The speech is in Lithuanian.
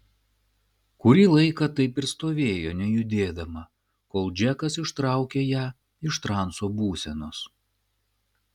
kurį laiką taip ir stovėjo nejudėdama kol džekas ištraukė ją iš transo būsenos